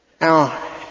Now